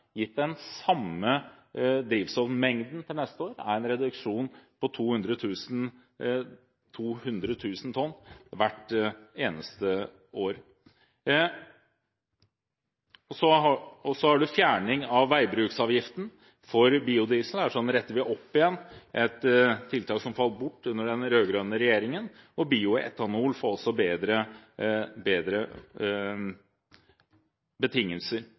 gitt den samme drivstoffmengden til neste år – er en reduksjon på 200 000 tonn hvert eneste år. Så har du fjerning av veibruksavgiften for biodiesel. Der retter vi opp igjen et tiltak som falt bort under den rød-grønne regjeringen, og bioetanol får også bedre betingelser.